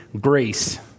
grace